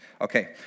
Okay